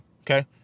Okay